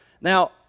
Now